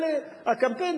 אבל הקמפיין,